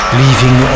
leaving